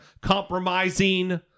compromising